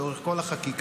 לאורך כל החקיקה,